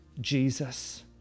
Jesus